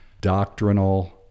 doctrinal